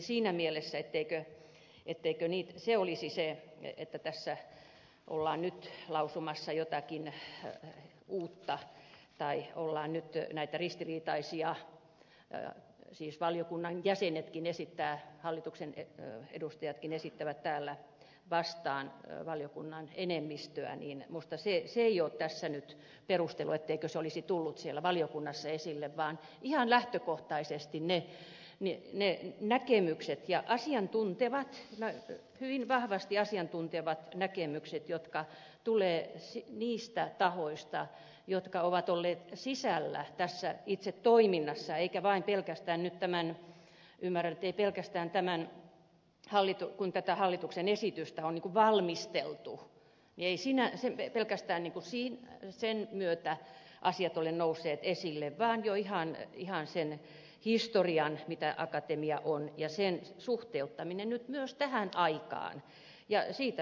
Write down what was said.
siinä mielessä se että tässä ollaan nyt lausumassa jotakin uutta tai ollaan nyt ristiriitaisia siis valiokunnan jäsenetkin esittävät hallituksen edustajatkin esittävät täällä vastaan valiokunnan enemmistöä ei minusta ole tässä nyt perustelu etteikö se olisi tullut siellä valiokunnassa esille vaan ihan lähtökohtaisesti ne näkemykset ja asiantuntevat hyvin vahvasti asiantuntevat näkemykset jotka tulevat niiltä tahoilta jotka ovat olleet sisällä tässä itse toiminnassa eikä vain pelkästään nyt tämän ymmärrän ettei pelkästään tämän hallituksen esityksen valmistelussa että eivät pelkästään niin kuin sen myötä asiat ole nousseet esille vaan jo ihan sen historian kautta mikä akatemialla on ja sen nyt myös tähän aikaan suhteuttamisen myötä